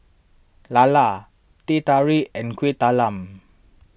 Lala Teh Tarik and Kueh Talam